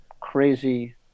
crazy